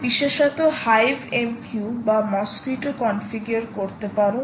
তুমি বিশেষত hive MQ বা মসকুইটো কনফিগার করতে পারো